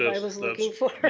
i was looking for. but